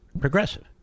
progressive